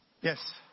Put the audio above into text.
Yes